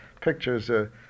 pictures